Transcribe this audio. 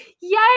Yay